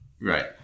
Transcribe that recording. Right